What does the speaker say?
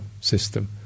system